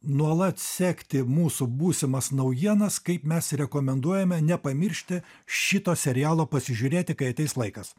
nuolat sekti mūsų būsimas naujienas kaip mes rekomenduojame nepamiršti šito serialo pasižiūrėti kai ateis laikas